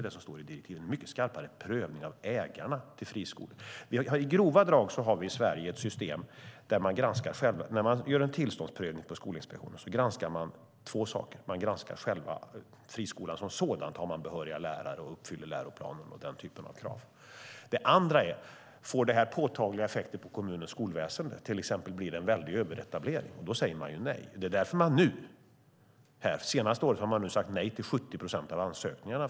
Det ska vara en mycket skarpare prövning av ägarna till friskolor, och det är det som står i direktiven. I grova drag har vi i Sverige systemet att när Skolinspektionen gör en tillståndsprövning granskar man två saker. Man granskar själva friskolan som sådan, om den har behöriga lärare, uppfyller läroplanen och den typen av krav. Det andra är: Får det påtagliga effekter på kommunens skolväsen, till exempel en väldig överetablering? Då säger man nej. De senaste åren har Skolinspektionen sagt nej till 70 procent av ansökningarna.